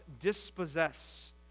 dispossess